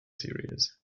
series